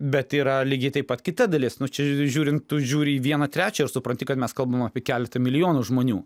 bet yra lygiai taip pat kita dalis nu čia žiūrint tu žiūri į vieną trečią ir supranti kad mes kalbam apie keletą milijonų žmonių